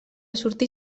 sortir